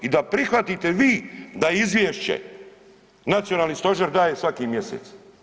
I da prihvatite vi da Izvješće Nacionalni stožer daje svaki mjesec.